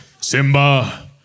Simba